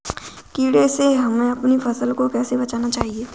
कीड़े से हमें अपनी फसल को कैसे बचाना चाहिए?